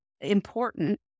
important